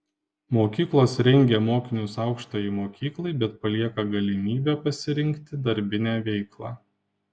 mokyklos rengia mokinius aukštajai mokyklai bet palieka galimybę pasirinkti darbinę veiklą